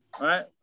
right